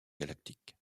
galactique